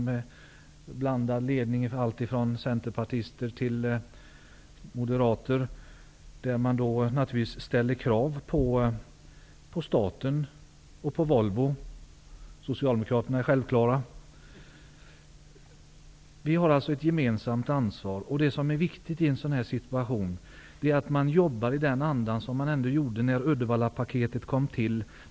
De har blandad ledning, alltifrån centerpartister till moderater. De ställer krav på staten och på Volvo. Socialdemokraterna ställer självklart upp. Vi har alltså ett gemensamt ansvar. Det är viktigt i denna situation att jobba i samma anda som man gjorde när Uddevallapaketet kom till.